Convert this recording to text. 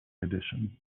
edition